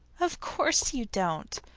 of course you don't,